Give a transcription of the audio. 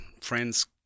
friends